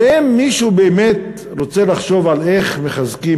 ואם מישהו באמת רוצה לחשוב על איך מחזקים,